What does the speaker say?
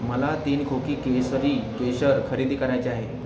मला तीन खोकी केसरी केशर खरेदी करायचे आहे